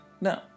No